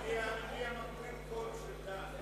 כצל'ה, אני המגביר-קול של דן.